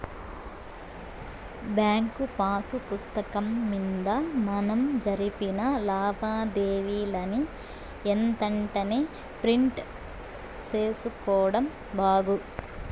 bank pass పుస్తకం మింద మనం జరిపిన లావాదేవీలని ఎంతెంటనే ప్రింట్ సేసుకోడం బాగు